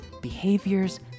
behaviors